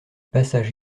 passage